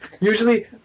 Usually